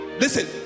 Listen